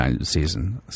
season